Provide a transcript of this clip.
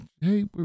Hey